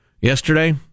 yesterday